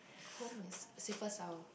home is safer sound